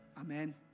Amen